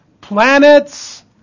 planets